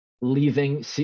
leaving